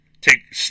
take